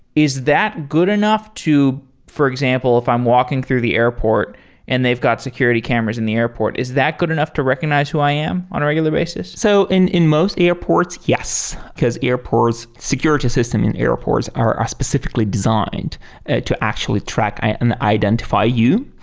is that good enough to for example, if i'm walking through the airport and they've got security cameras in the airport. is that good enough to recognize who i am on a regular basis? so in in most airports, yes, because airports security system in airports are ah specifically designed to actually track and identify you.